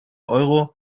euro